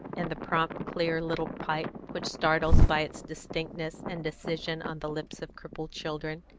in the prompt, clear little pipe which startles by its distinctness and decision on the lips of crippled children.